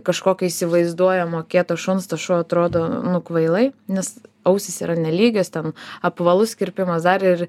kažkokio įsivaizduojamo kieto šuns tas šuo atrodo kvailai nes ausys yra nelygios ten apvalus kirpimas dar ir